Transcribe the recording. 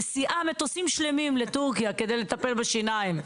מסיעה מטוסים שלמים בטורקיה כדי לטפל בשיניים.